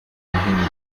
yahimbye